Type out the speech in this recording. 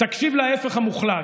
תקשיב להפך המוחלט.